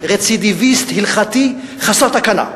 רצידיביסט הלכתי חסר תקנה,